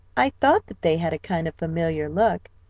i thought that they had a kind of familiar look,